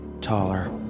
taller